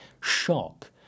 shock